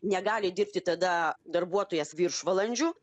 negali dirbti tada darbuotojas viršvalandžių